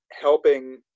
helping